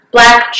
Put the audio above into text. Black